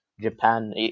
Japan